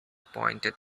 pointed